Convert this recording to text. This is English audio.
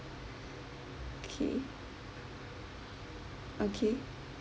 okay okay okay